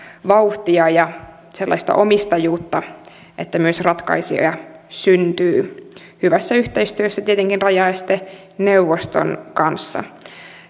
vauhtia ja sellaista omistajuutta että myös ratkaisuja syntyy hyvässä yhteistyössä tietenkin rajaesteneuvoston kanssa